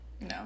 no